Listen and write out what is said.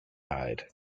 died